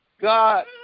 God